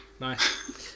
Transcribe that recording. nice